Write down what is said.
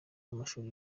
w’amashuri